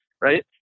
Right